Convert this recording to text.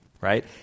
right